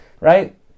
Right